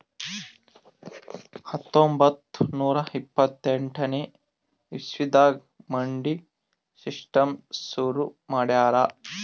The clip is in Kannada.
ಹತ್ತೊಂಬತ್ತ್ ನೂರಾ ಇಪ್ಪತ್ತೆಂಟನೇ ಇಸವಿದಾಗ್ ಮಂಡಿ ಸಿಸ್ಟಮ್ ಶುರು ಮಾಡ್ಯಾರ್